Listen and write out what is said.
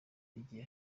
igihe